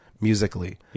musically